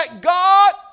God